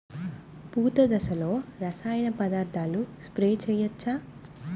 పూత దశలో రసాయన పదార్థాలు స్ప్రే చేయచ్చ?